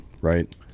right